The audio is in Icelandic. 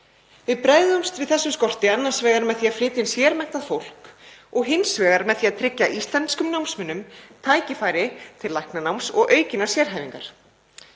Við bregðumst við þessum skorti annars vegar með því að flytja inn sérmenntað fólk og hins vegar með því að tryggja íslenskum námsmönnum tækifæri til læknanáms og aukinnar sérhæfingar.